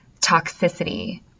toxicity